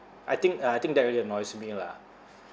I think uh I think that really annoys me lah